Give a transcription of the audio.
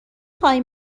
خوای